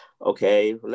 okay